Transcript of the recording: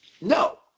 no